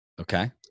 Okay